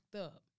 up